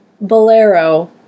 Bolero